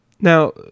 Now